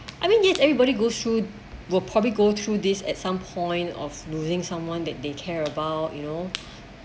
I mean yet everybody go through will probably go through this at some point of losing someone that they care about you know